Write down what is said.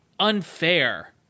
unfair